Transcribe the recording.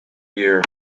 year